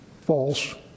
false